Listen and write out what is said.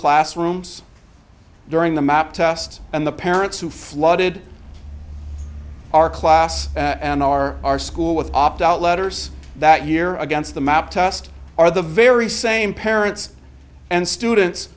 classrooms during the map test and the parents who flooded our class and our our school with opt out letters that year against the map test are the very same parents and students